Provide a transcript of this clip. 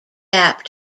gap